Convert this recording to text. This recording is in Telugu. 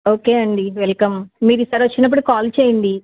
ఓకే అండి వెల్కమ్ మీరు ఈసారొచ్చినప్పుడు కాల్ చెయ్యండి